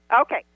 Okay